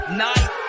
night